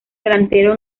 delantero